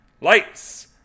Lights